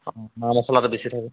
অঁ মা মচলাটো বেছি থাকে